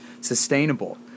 sustainable